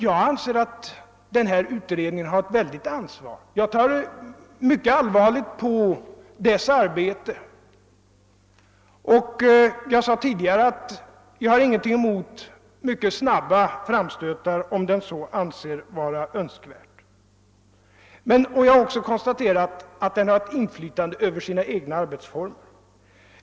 Jag anser att den aktuella utredningen har ett mycket stort ansvar och jag ser mycket allvarligt på dess arbete. Jag sade tidigare att jag inte har något emot mycket snabba framstötar, om utredningen anser sådana vara önskvärda. Jag har också konstaterat att utredningen har inflytande över sina egna arbetsformer.